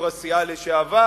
יושב-ראש הסיעה לשעבר,